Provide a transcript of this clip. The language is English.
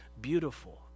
beautiful